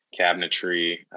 cabinetry